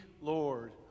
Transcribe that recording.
Lord